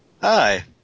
Hi